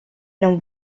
non